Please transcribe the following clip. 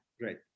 Great